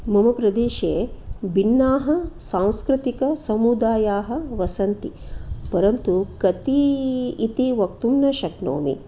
मम प्रदेशे भिन्नाः सांस्कृतिकसमुदायाः वसन्ति परन्तु कति इति वक्तुं न शक्नोमि